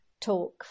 talk